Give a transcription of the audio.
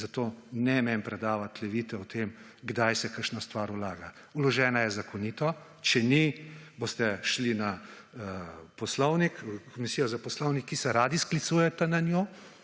zato ne meni predavati levite o tem kdaj se kakšna stvar vlaga. Vložena je zakonito, če ni, boste šli na Komisijo za Poslovnik, ki se radi sklicujete na njo